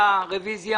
איך היא אלימה.